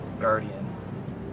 guardian